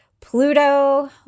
Pluto